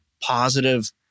positive